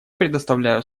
предоставляю